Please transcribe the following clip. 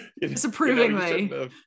disapprovingly